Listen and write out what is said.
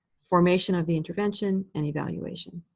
formation of the intervention, and evaluation.